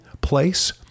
place